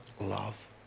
love